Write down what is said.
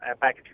back